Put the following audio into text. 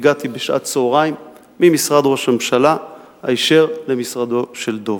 והגעתי בשעת צהריים ממשרד ראש הממשלה היישר אל משרדו של דב.